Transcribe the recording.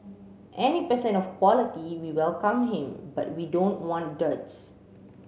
any person of quality we welcome him but we don't want duds